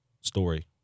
story